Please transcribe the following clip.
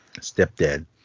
stepdad